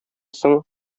соң